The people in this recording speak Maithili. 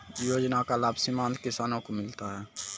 योजना का लाभ सीमांत किसानों को मिलता हैं?